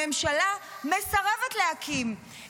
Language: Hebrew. הממשלה מסרבת להקים,